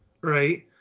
right